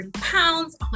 pounds